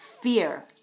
Fear